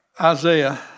Isaiah